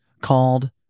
called